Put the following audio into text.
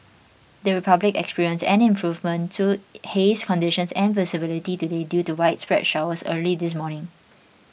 the Republic experienced an improvement to haze conditions and visibility today due to widespread showers early this morning